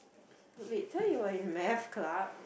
wait so you are in math club